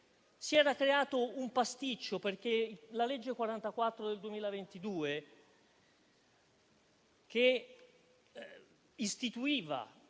si era creato un pasticcio, perché la legge n. 44 del 2022, che istituiva